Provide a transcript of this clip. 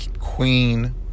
queen